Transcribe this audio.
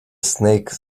snake